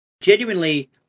genuinely